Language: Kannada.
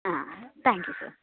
ಹಾಂ ತ್ಯಾಂಕ್ ಯು ಸರ್